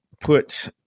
put